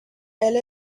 elle